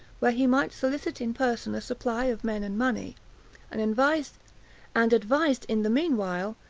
where he might solicit in person a supply of men and money and advised and advised, in the mean while,